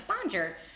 bonjour